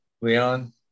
Leon